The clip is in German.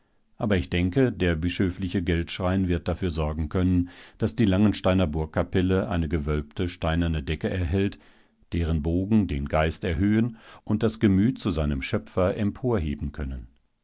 aber ich denke der bischöfliche geldschrein wird dafür sorgen können daß die langensteiner burgkapelle eine gewölbte steinerne decke erhält deren bogen den geist erhöhen und das gemüt zu seinem schöpfer emporheben können